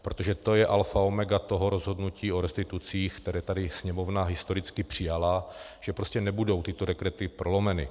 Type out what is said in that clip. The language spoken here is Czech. Protože to je alfa omega toho rozhodnutí o restitucích, které tady Sněmovna historicky přijala, že prostě nebudou tyto dekrety prolomeny.